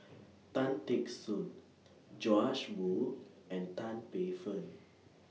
Tan Teck Soon Joash Moo and Tan Paey Fern